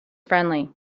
friendly